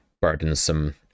burdensome